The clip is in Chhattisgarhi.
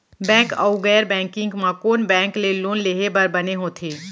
बैंक अऊ गैर बैंकिंग म कोन बैंक ले लोन लेहे बर बने होथे?